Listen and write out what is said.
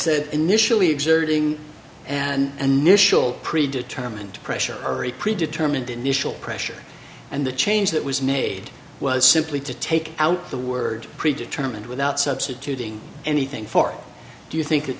said initially exerting and mischel pre determined pressure or a pre determined initial pressure and the change that was made was simply to take out the word pre determined without substituting anything for do you think that